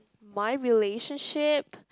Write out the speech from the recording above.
my relationship